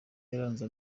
yasanze